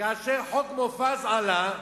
כאשר חוק מופז עלה,